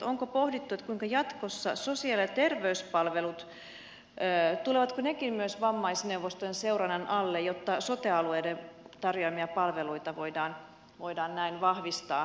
onko pohdittu tulevatko jatkossa myös sosiaali ja terveyspalvelut vammaisneuvostojen seurannan alle jotta sote alueiden tarjoamia palveluita voidaan näin vahvistaa